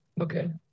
Okay